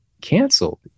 canceled